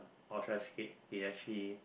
or should I say they actually